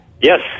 Yes